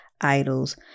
idols